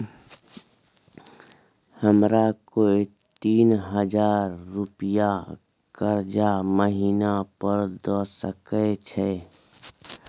हमरा कोय तीन हजार रुपिया कर्जा महिना पर द सके छै?